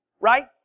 Right